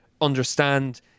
understand